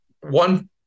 one